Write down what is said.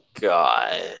God